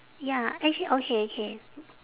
ya actually okay okay